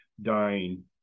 dying